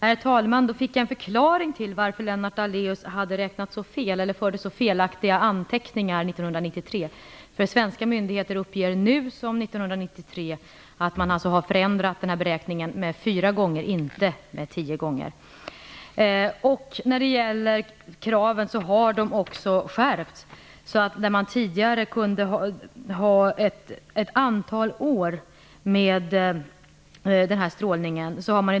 Herr talman! Då fick jag förklaring till varför Lennart Daléus hade räknat så fel eller förde så felaktiga anteckningar 1993. Svenska myndigheter uppger nu som 1993 att man har förändrat beräkningen från tio till fyra gånger. Kraven har skärpts. Tidigare kunde det vara "ett antal år".